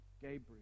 Gabriel